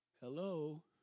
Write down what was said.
Hello